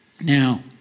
Now